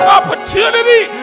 opportunity